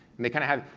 they kinda have,